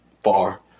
far